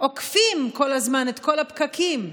עוקפים כל הזמן את כל הפקקים,